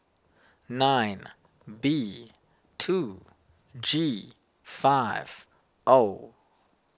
nine B two G five O